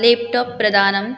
laptop प्रदानम्